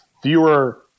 fewer